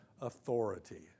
authority